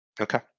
Okay